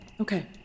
Okay